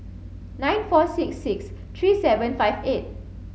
nine four six six three seven five eight